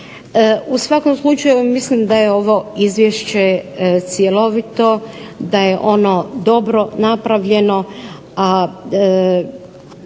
U svakom slučaju mislim da je ovo izvješće cjelovito, da je ono dobro napravljeno